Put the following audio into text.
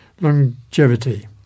longevity